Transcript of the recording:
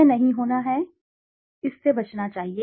यह नहीं होना है इससे बचना चाहिए